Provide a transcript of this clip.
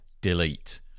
delete